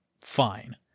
fine